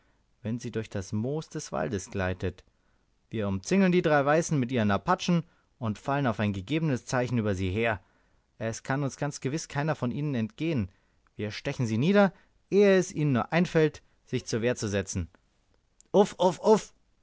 wenn sie durch das moos des waldes gleitet wir umzingeln die drei weißen mit ihren apachen und fallen auf ein gegebenes zeichen über sie her es kann uns ganz gewiß keiner von ihnen entgehen wir stechen sie nieder ehe es ihnen nur einfällt sich zur wehr zu setzen uff uff uff